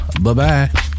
Bye-bye